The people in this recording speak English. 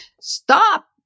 stop